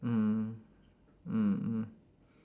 mm mm mm